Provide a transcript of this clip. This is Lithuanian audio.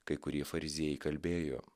kai kurie fariziejai kalbėjo